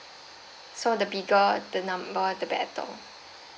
so the bigger the number the better